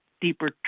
deeper